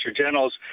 Generals